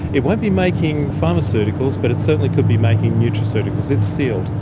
it won't be making pharmaceuticals but it certainly could be making nutraceuticals. it's sealed.